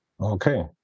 Okay